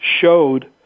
showed